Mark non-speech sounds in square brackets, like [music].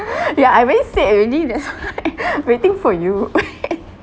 [laughs] ya I already said already that's why [laughs] waiting for you [laughs]